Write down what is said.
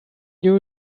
you